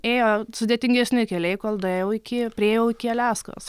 ėjo sudėtingesni keliai kol daėjau iki priėjau iki aliaskos